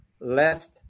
left